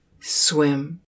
swim